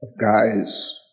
Guys